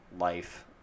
life